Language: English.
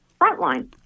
Frontline